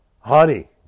honey